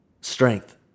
strength